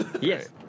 yes